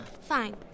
Fine